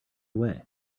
away